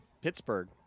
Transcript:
pittsburgh